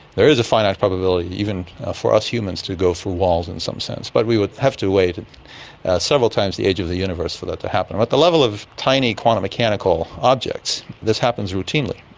there is a finite probability even for us humans to go through walls in some sense, but we would have to wait several times the age of the universe for that to happen. but at the level of tiny quantum mechanical objects this happens routinely,